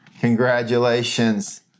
congratulations